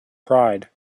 pride